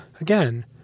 Again